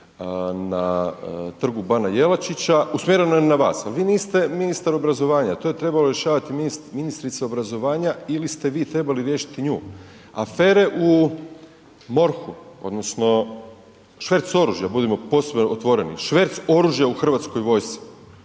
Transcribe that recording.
na Trgu bana Jelačića usmjereno je na vas, ali vi niste ministar obrazovanja, to je trebala rješavati ministrica obrazovanja ili ste vi trebali riješiti nju. Afere u MORH-u odnosno švercu oružja, budimo posve otvoreni. Švec oružja u hrvatskoj vojci,